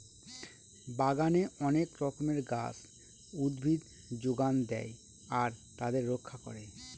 বাগানে অনেক রকমের গাছ, উদ্ভিদ যোগান দেয় আর তাদের রক্ষা করে